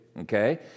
okay